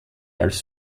als